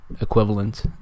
equivalent